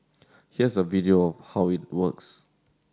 here's a video of how it works